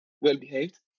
well-behaved